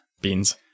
Beans